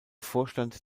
vorstand